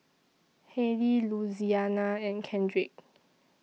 Hailey Louisiana and Kendrick